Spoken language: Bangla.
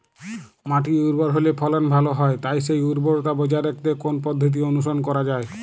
মাটি উর্বর হলে ফলন ভালো হয় তাই সেই উর্বরতা বজায় রাখতে কোন পদ্ধতি অনুসরণ করা যায়?